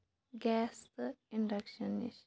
gas تہٕ induction نِش